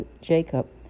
Jacob